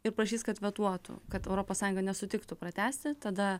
ir prašys kad vetuotų kad europos sąjunga nesutiktų pratęsti tada